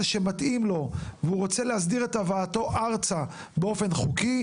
שמתאים לו והוא רוצה להסדיר את הבאתו ארצה באופן חוקי,